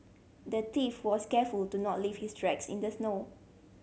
the thief was careful to not leave his tracks in the snow